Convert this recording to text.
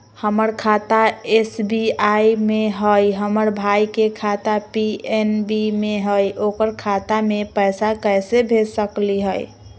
हमर खाता एस.बी.आई में हई, हमर भाई के खाता पी.एन.बी में हई, ओकर खाता में पैसा कैसे भेज सकली हई?